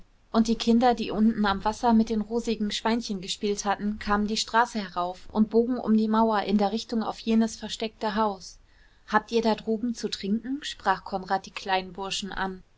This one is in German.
und die kinder die unten am wasser mit den rosigen schweinchen gespielt hatten kamen die straße herauf und bogen um die mauer in der richtung auf jenes versteckte haus habt ihr da droben zu trinken sprach konrad die kleinen burschen an